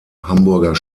hamburger